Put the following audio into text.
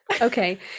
okay